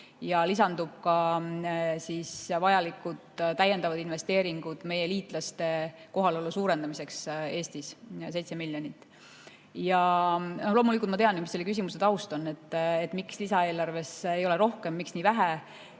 ja lisanduvad ka vajalikud täiendavad investeeringud meie liitlaste kohalolu suurendamiseks Eestis. Seda on 7 miljonit. Ja loomulikult ma tean, mis selle küsimuse taust on: et miks lisaeelarves ei ole raha rohkem, miks on seda